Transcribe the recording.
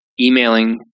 emailing